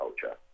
culture